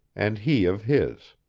and he of his.